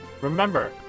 remember